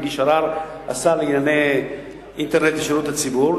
השר לענייני אינטרנט ושירות הציבור,